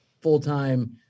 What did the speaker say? full-time